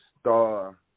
star